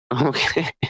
Okay